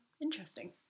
interesting